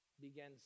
begins